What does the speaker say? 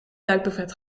duikbrevet